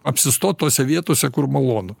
apsistot tose vietose kur malonu